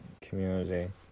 community